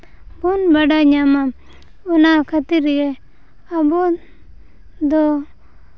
ᱵᱚᱱ ᱵᱟᱰᱟᱭ ᱧᱟᱢᱟ ᱚᱱᱟ ᱠᱷᱟᱹᱛᱤᱨ ᱜᱮ ᱟᱵᱚ ᱫᱚ